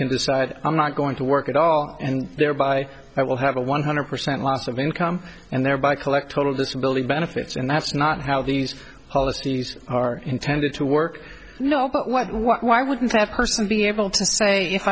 can decide i'm not going to work at all and thereby i will have a one hundred percent loss of income and thereby collect total disability benefits and that's not how these policies are intended to work you know what why wouldn't that person be able to say if